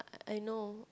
I know